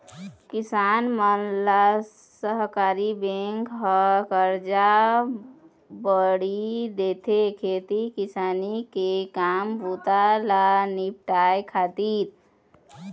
किसान मन ल सहकारी बेंक ह करजा बोड़ी देथे, खेती किसानी के काम बूता ल निपाटय खातिर